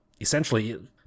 essentially